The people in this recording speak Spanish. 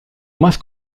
más